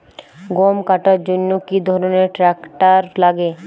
গম কাটার জন্য কি ধরনের ট্রাক্টার লাগে?